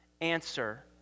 answer